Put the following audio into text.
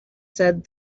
said